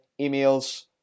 emails